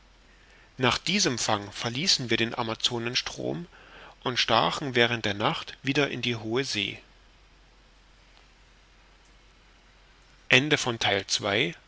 nach diesem fang verließen wir den amazonenstrom und stachen während der nacht wieder in die hohe see